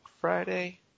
Friday